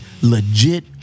Legit